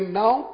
now